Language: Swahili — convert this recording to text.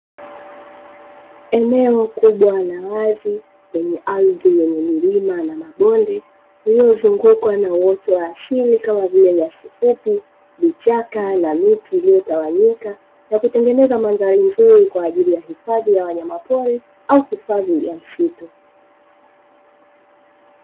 Eneo kubwa la wazi lenye ardhi yenye milima na mabonde lililozungukwa na uoto wa asili kama vile nyasi fupi, vichaka na miti iliyotawanyika na kutengeneza mandhari nzuri kwa ajili ya hifadhi ya wanyama pori au hifadhi ya msitu.